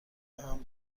همه